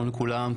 שלום לכולם,